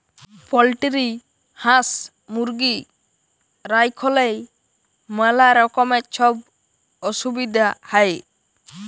poultry হাঁস, মুরগি রাইখলেই ম্যালা রকমের ছব অসুবিধা হ্যয়